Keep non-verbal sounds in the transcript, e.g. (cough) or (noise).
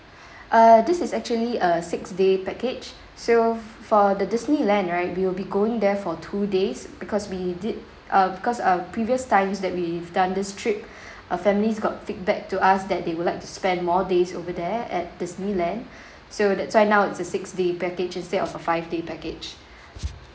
(breath) err this is actually a six day package so f~ for the disneyland right we will be going there for two days because we did uh because uh previous times that we've done this trip (breath) uh families got feedback to us that they would like to spend more days over there at disneyland (breath) so that's why now it's a six day package instead of a five day package (breath)